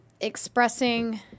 expressing